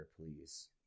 please